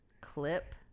clip